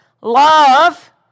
Love